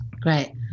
great